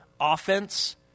offense